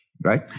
right